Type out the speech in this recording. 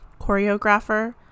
choreographer